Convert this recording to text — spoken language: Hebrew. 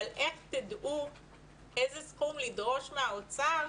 אבל איך תדעו איזה סכום לדרוש מהאוצר